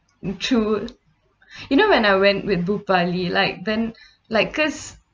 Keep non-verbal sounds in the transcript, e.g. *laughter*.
true *breath* you know when I went paris like then *breath* like because